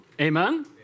Amen